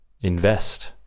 invest